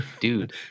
Dude